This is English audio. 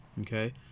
Okay